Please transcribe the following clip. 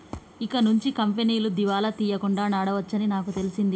ఇకనుంచి కంపెనీలు దివాలా తీయకుండా నడవవచ్చని నాకు తెలిసింది